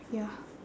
ya